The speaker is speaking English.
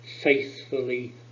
Faithfully